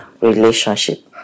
relationship